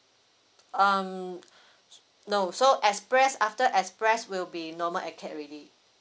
um no so express after express will be normal acad already